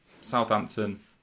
Southampton